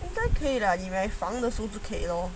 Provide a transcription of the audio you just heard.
因该可以 lah 你买房的时候就可以 lor